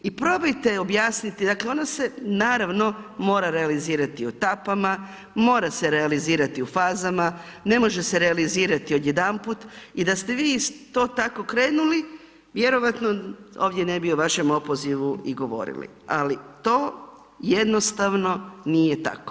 I probajte objasniti, dakle ona se naravno mora realizirati u etapama, mora se realizirati u fazama, ne može se realizirati odjedanput i da ste vi to tako krenuli vjerojatno ovdje ne bi o vašem opozivu i govorili, ali to jednostavno nije tako.